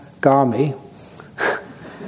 Gami